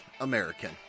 American